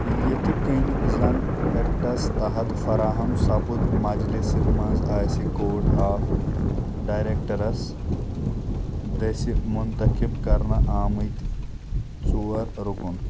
یتِھٕ کٔنۍ زَن اٮ۪کٹس تحت فراہم سَپُد مجلِسہِ منز آسہِ كورٹ آف ڈارٮ۪كٹرس دٔسہِ مُنتخب كرنہٕ آمٕتۍ ژور رُكُن